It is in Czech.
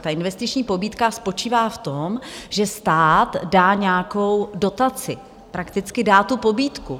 Ta investiční pobídka spočívá v tom, že stát dá nějakou dotaci, prakticky dá tu pobídku.